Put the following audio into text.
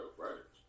right